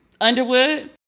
Underwood